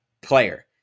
player